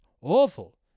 awful